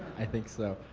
i think so.